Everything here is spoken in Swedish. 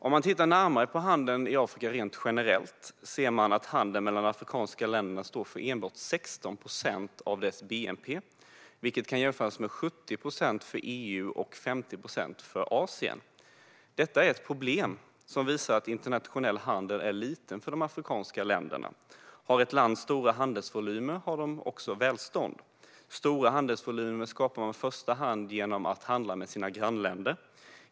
Om man tittar närmare på handeln i Afrika rent generellt ser man att den mellan de afrikanska länderna står för enbart 16 procent av dess bnp, vilket kan jämföras med 70 procent för EU och 50 procent för Asien. Detta är ett problem som visar att internationell handel är liten för de afrikanska länderna. Om ett land har stora handelsvolymer innebär det också välstånd. Stora handelsvolymer skapar man i första hand genom handel med grannländerna.